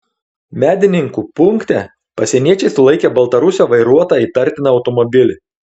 medininkų punkte pasieniečiai sulaikė baltarusio vairuotą įtartiną automobilį